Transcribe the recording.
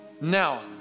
Now